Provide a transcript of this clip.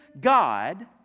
God